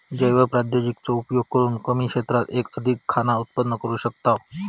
जैव प्रौद्योगिकी चो उपयोग करून कमी क्षेत्रात पण अधिक खाना उत्पन्न करू शकताव